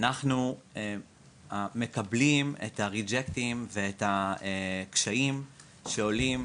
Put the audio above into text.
שאנחנו מקבלים את הריג'קטים ואת הקשיים שעולים